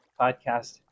podcast